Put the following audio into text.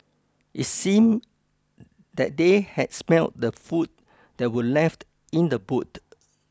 it seemed that they had smelt the food that were left in the boot